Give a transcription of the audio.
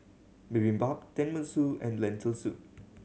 Bibimbap Tenmusu and Lentil Soup